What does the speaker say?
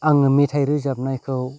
आङो मेथाइ रोजाबनायखौ